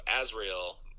Azrael